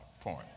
point